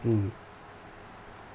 mm